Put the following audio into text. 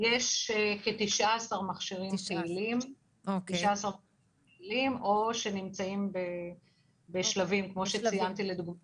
יש כ-19 מכשירים פעילים או שנמצאים בשלבים כמו שציינתי לדוגמה